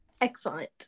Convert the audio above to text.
Excellent